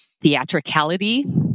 theatricality